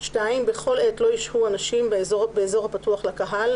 (2)בכל עת לא ישהו אנשים באזור הפתוח לקהל,